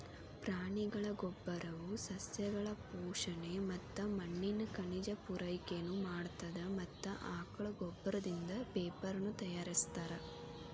ಪ್ರಾಣಿಗಳ ಗೋಬ್ಬರವು ಸಸ್ಯಗಳು ಪೋಷಣೆ ಮತ್ತ ಮಣ್ಣಿನ ಖನಿಜ ಪೂರೈಕೆನು ಮಾಡತ್ತದ ಮತ್ತ ಆಕಳ ಗೋಬ್ಬರದಿಂದ ಪೇಪರನು ತಯಾರಿಸ್ತಾರ